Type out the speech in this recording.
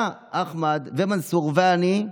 אתה, אחמד, ומנסור, ואני,